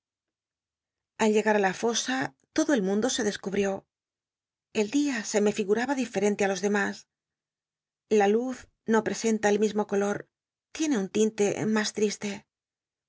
al llegar ti la fosa todo el mundo se descubió el dia se me figura diferente de los demas la luz no ptesenla el mismo color tiene un tinte mas trisle